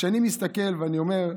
וכשאני מסתכל, אני אומר: